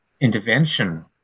intervention